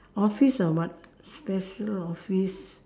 office or what special office